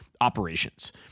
operations